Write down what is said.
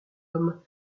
homme